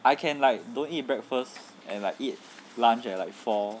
I can like don't eat breakfast and like eat lunch at like four